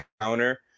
counter